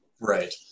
right